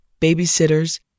babysitters